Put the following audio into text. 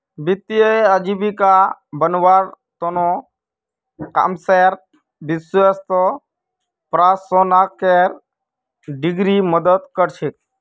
वित्तीय आजीविका बनव्वार त न कॉमर्सेर विषयत परास्नातकेर डिग्री मदद कर छेक